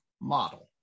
model